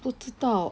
不知道